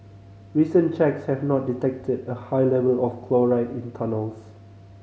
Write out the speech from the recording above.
recent checks have not detected a high level of chloride in tunnels